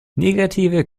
negative